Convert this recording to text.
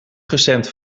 gestemd